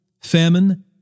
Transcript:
famine